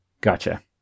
Gotcha